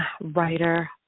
writer